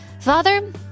Father